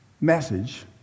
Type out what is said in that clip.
message